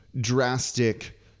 drastic